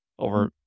over